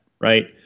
right